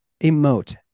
emote